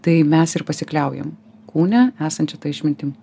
tai mes ir pasikliaujam kūne esančia ta išmintim